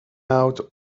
out